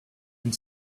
and